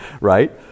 right